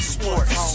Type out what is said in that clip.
Sports